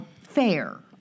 fair